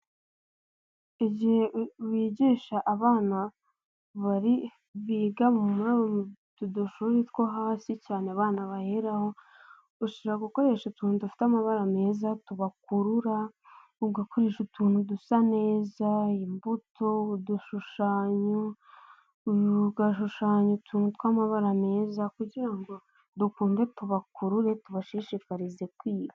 Igihe mwigisha abana biga mu dushuri two hasi cyane abana baheraho. Ushobora gukoresha utuntu dufite amabara meza tubakurura. Ugakoresha utuntu dusa neza. Imbuto, udushushanyo, ugashushanya utuntu tw'amabara meza kugira ngo dukunde tubakurure tubashishikarize kwiga.